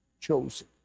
chosen